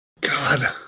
god